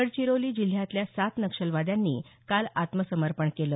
गडचिरोली जिल्ह्यातल्या सात नक्षलवाद्यांनी काल त्मसमर्पण केलं